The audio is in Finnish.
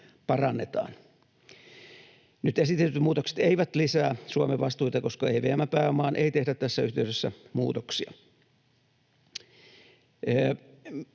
parannetaan. Nyt esitetyt muutokset eivät lisää Suomen vastuita, koska EVM:n pääomaan ei tehdä tässä yhteydessä muutoksia.